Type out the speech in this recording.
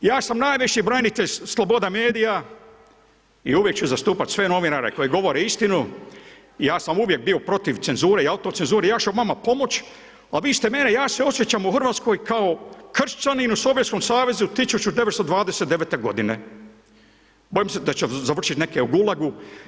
Ja sam najveći branitelj slobode medija i uvijek ću zastupati sve novinare koji govore istinu, ja sam uvijek bio protiv cenzure i autocenzure, ja ću vama pomoć a vi ste mene, ja se osjećam u Hrvatskoj kao kršćanin u Sovjetskom savezu 1929. g. Bojim se da će završiti neki u gulagu.